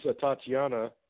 Tatiana